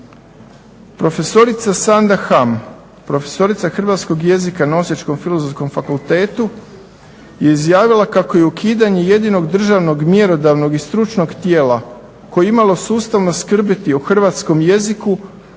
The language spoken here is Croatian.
Prof. Sanda Ham, profesorica hrvatskog jezika na Osječkom Filozofskom fakultetu je izjavila kako je ukidanje jedinog državnog mjerodavnog i stručnog tijela koje je imalo sustavno skrbiti o hrvatskom jeziku